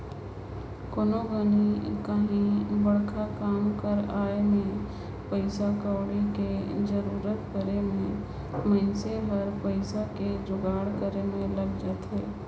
कोनो घनी काहीं बड़खा काम कर आए में पइसा कउड़ी कर जरूरत परे में मइनसे हर पइसा कर जुगाड़ में लइग जाथे